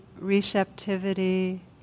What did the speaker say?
receptivity